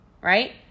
right